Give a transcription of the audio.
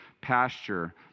pasture